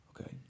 Okay